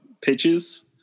pitches